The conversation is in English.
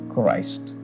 Christ